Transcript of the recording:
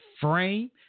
frame